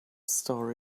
story